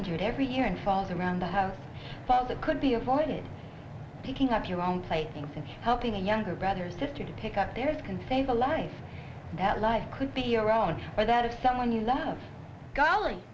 injured every year and falls around the house the could be avoided picking up your own fighting and helping a younger brother or sister to pick up their can save a life that life could be your own or that of someone you love golly